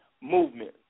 movement